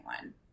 one